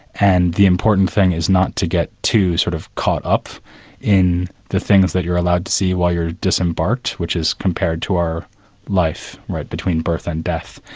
and the important thing is not to get too sort of caught up in the things that you're allowed to see while you're disembarked, which is compared to our life between birth and death,